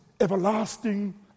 everlasting